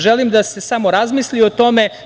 Želim da se samo razmisli o tome.